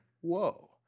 whoa